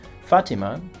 Fatima